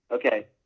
Okay